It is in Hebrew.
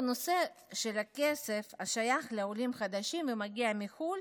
בנושא של הכסף השייך לעולים חדשים המגיע מחו"ל,